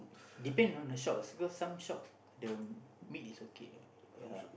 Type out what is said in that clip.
depend on the store lah because some shop the meat is okay ya